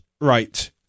right